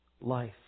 life